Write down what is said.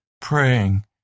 praying